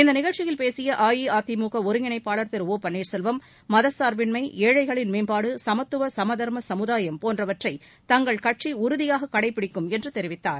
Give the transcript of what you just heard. இந்த நிகழ்ச்சியில் பேசிய அஇஅதிமுக ஒருங்கிணைப்பாளர் திரு ஒ பள்ளீர்செல்வம் மதச்சார்பின்மை ஏழைமக்களின் மேம்பாடு சமத்துவ சமதர்ம சமுதாயம் போன்றவற்றை தங்கள் கட்சி உறுதியாக கடைப்பிடிக்கும் என்று தெரிவித்தார்